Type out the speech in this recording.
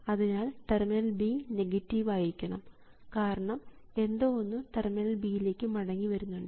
അതിനാൽ terminal B negative ആയിരിക്കണം കാരണം എന്തോ ഒന്ന് ടെർമിനൽ B ലേക്ക് മടങ്ങി വരുന്നുണ്ട്